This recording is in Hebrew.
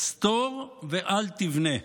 סתור ואל תבנה,